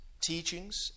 teachings